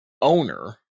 owner